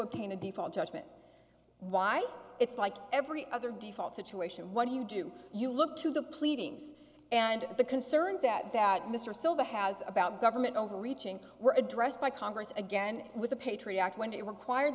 obtain a default judgment why it's like every other default situation what do you do you look to the pleadings and the concerns that that mr silva has about government overreaching were addressed by congress again with the patriot act when it required